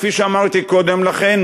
כפי שאמרתי קודם לכן,